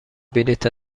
بلیط